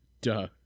Duh